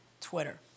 Twitter